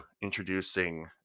introducing